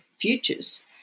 futures